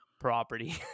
property